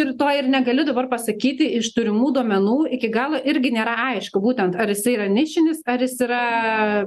rytoj ir negaliu dabar pasakyti iš turimų duomenų iki galo irgi nėra aišku būtent ar jisai yra nišinis ar jis yra